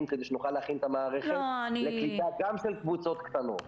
כדי שנוכל להכין את המערכת לכיתה גם של קבוצות קטנות.